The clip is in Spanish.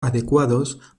adecuados